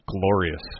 glorious